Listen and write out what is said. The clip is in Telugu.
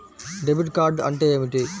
డెబిట్ కార్డ్ అంటే ఏమిటి?